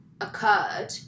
occurred